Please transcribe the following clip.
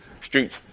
streets